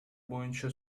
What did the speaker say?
боюнча